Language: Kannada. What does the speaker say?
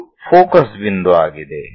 ಇದು ಫೋಕಸ್ ಬಿಂದು ಆಗಿದೆ